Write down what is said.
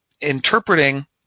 Interpreting